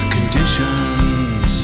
Conditions